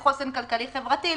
לחוסן כלכלי-חברתי,